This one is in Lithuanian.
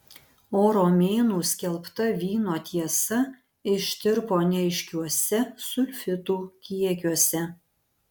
o romėnų skelbta vyno tiesa ištirpo neaiškiuose sulfitų kiekiuose